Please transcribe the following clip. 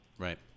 Right